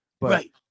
Right